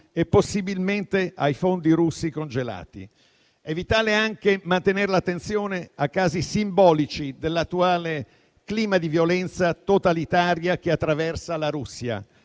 e possibilmente ai fondi russi congelati. È vitale anche mantenere l'attenzione a casi simbolici dell'attuale clima di violenza totalitaria che attraversa la Russia,